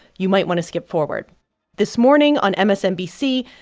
you might want to skip forward this morning on msnbc,